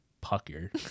pucker